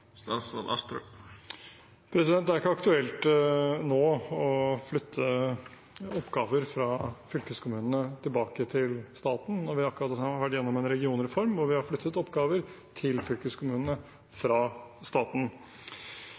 Det er ikke aktuelt nå å flytte oppgaver fra fylkeskommunene tilbake til staten når vi akkurat har vært gjennom en regionreform og har flyttet oppgaver til fylkeskommunene fra staten.